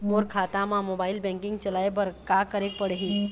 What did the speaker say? मोर खाता मा mobile banking चलाए बर का करेक पड़ही?